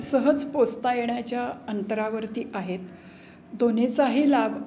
सहज पोचता येण्याच्या अंतरावरती आहेत दोन्हींचाही लाभ